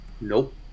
Nope